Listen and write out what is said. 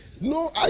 No